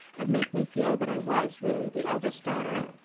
and make me feel that i was really the eldest daughter.